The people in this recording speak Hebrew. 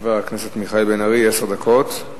חבר הכנסת מיכאל בן-ארי, עשר דקות.